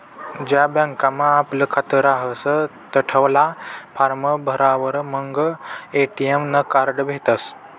ज्या बँकमा आपलं खातं रहास तठला फार्म भरावर मंग ए.टी.एम नं कार्ड भेटसं